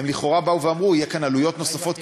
הם אמרו שיהיו כאן לכאורה עלויות נוספות,